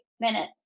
minutes